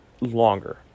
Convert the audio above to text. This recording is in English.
longer